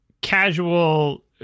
casual